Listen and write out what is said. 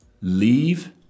leave